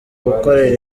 gukorera